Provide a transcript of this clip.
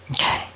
Okay